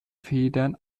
federn